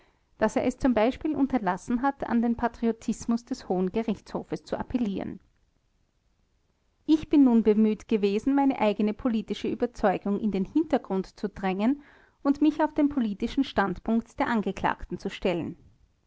daß er es z b unterlassen hat an den patriotismus des hohen gerichtshofes zu appellieren ich bin nun bemüht gewesen meine eigene politische überzeugung in den hintergrund zu drängen und mich auf den politischen standpunkt der angeklagten zu stellen